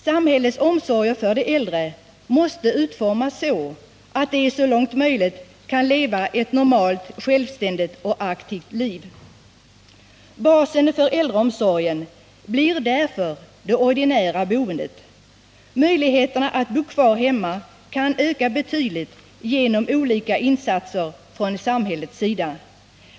Samhällets omsorger för de äldre måste utformas så, att de så långt som möjligt kan leva ett normalt, självständigt och aktivt liv. Basen för äldreomsorgen blir därför det ordinära boendet. Möjligheterna att bo kvar hemma kan öka betydligt genom olika insatser från samhällets sida.